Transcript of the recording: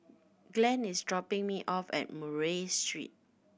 Glen is dropping me off at Murray Street